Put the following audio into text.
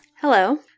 Hello